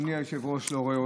אדוני היושב-ראש לא רואה אותי.